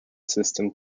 system